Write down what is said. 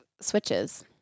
switches